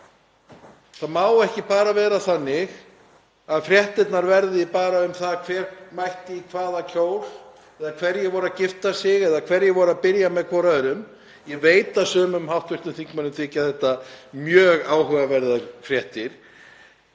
Það má ekki vera þannig að fréttirnar verði bara um það hver mætti í hvaða kjól eða hverjir voru að gifta sig eða hverjir voru að byrja með hvor öðrum — ég veit að sumum hv. þingmönnum þykja þetta mjög áhugaverðar fréttir